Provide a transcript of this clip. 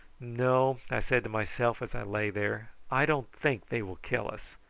no, i said to myself as i lay there, i don't think they will kill us,